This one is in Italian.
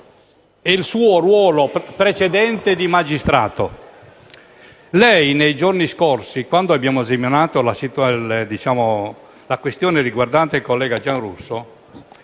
il suo precedente ruolo di magistrato. Nei giorni scorsi, quando abbiamo esaminato la questione riguardante il collega Giarrusso,